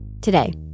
Today